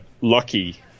lucky